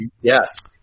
Yes